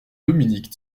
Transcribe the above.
dominique